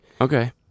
Okay